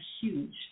huge